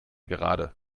gerade